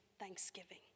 thanksgiving